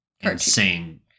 insane